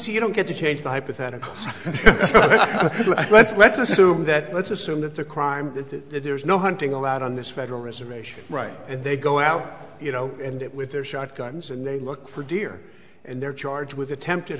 see you don't get to change the hypothetical let's let's assume that let's assume that the crime there's no hunting allowed on this federal reservation right and they go out you know end it with their shotguns and they look for deer and they're charged with attempted